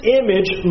image